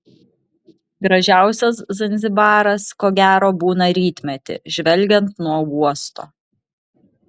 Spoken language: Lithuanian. gražiausias zanzibaras ko gero būna rytmetį žvelgiant nuo uosto